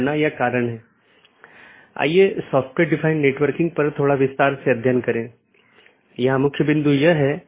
तो इसका मतलब है अगर मैं AS1 के नेटवर्क1 से AS6 के नेटवर्क 6 में जाना चाहता हूँ तो मुझे क्या रास्ता अपनाना चाहिए